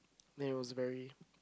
then it was very